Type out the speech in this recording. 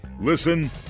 Listen